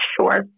Sure